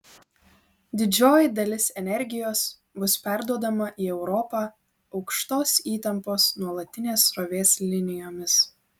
didžioji dalis energijos bus perduodama į europą aukštos įtampos nuolatinės srovės linijomis